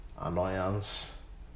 annoyance